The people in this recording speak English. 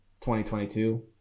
2022